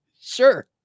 sure